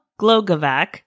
Glogovac